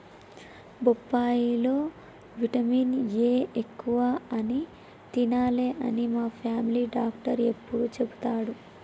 బొప్పాయి లో vitamin A ఎక్కువ అని తినాలే అని మా ఫామిలీ డాక్టర్ ఎప్పుడు చెపుతాడు